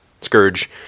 Scourge